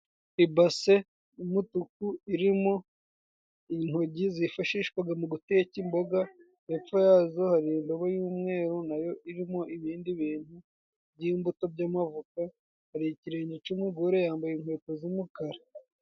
Ibase y'umutuku irimo intogi zifashishwaga mu guteka imboga, hepfo yazo, hari indobo y'umweru nayo irimo ibindi bintu by'imbuto by'amavoka. Hari ikirenge cy'umugore, yambaye inkweto z'umukara.